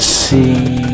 see